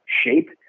shape